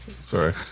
Sorry